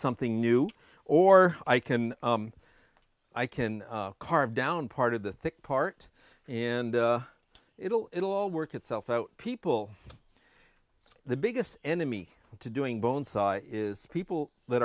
something new or i can i can carve down part of the thick part and it'll it'll all work itself out people the biggest enemy to doing bones is people that